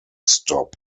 stop